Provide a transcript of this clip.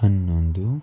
ಹನ್ನೊಂದು